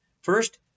First